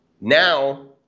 now